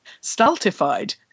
stultified